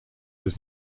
his